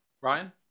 Ryan